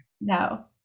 No